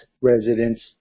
residents